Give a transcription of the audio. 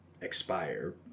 expire